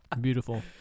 Beautiful